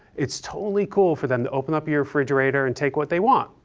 it's totally cool for them to open up your refrigerator and take what they want,